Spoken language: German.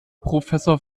professor